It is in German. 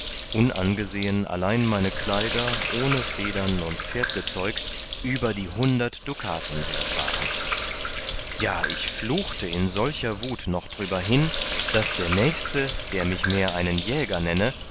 unangesehen allein meine kleider ohn federn und pferdgezeug über die hundert dukaten wert waren ja ich fluchte in solcher wut noch drüber hin daß der nächste der mich mehr einen jäger nenne